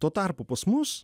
tuo tarpu pas mus